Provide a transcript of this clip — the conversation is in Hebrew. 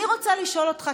אני רוצה לשאול אותך,